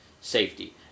safety